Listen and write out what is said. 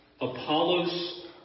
Apollo's